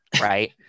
right